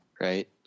Right